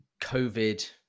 COVID